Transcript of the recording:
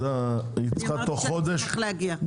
אמרתי שאשמח להגיע לוועדה.